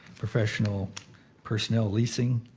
professional personnel leasing,